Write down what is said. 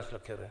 של הקרן?